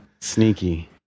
sneaky